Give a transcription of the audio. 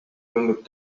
tundub